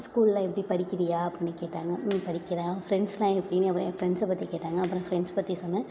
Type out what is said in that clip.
ஸ்கூலெலாம் எப்படி படிக்கிறீயா அப்புடின்னு கேட்டாங்க படிக்கிறேன் ஃப்ரெண்ட்ஸெலாம் எப்படின்னு அப்புறம் என் ஃப்ரெண்ட்ஸை பற்றி கேட்டாங்க அப்புறம் ஃப்ரெண்ட்ஸ் பற்றி சொன்னேன்